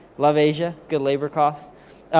love asia, good labor costs.